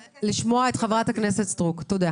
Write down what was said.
חברת הכנסת סטרוק בבקשה.